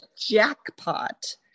jackpot